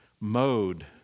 mode